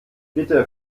bitte